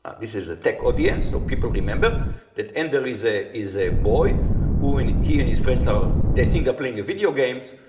this is a tech audience, so people remember that ender is a is a boy who and he and his friends, they think they are playing video games,